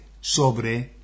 sobre